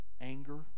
Anger